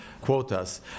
quotas